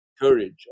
courage